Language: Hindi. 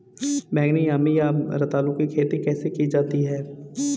बैगनी यामी या रतालू की खेती कैसे की जाती है?